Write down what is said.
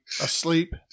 asleep